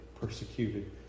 persecuted